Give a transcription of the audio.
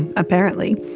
apparently.